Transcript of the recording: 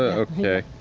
ah okay.